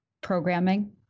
programming